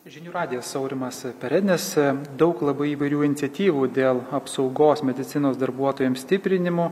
žinių radijas aurimas perednis daug labai įvairių iniciatyvų dėl apsaugos medicinos darbuotojams stiprinimo